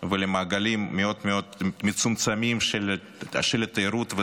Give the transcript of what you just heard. ולמעגלים מאוד מאוד מצומצמים של התיירות,